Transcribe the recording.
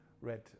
read